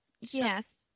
yes